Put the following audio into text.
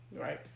Right